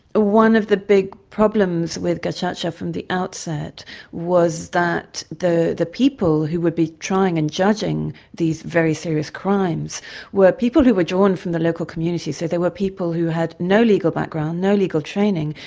one of the big problems with gacaca from the outset was that the the people who would be trying and judging these very serious crimes were people who were drawn from the local community, so they were people who had no legal background, no legal training,